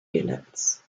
units